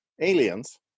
aliens